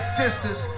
sisters